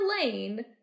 lane